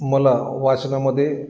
मला वाचनामध्ये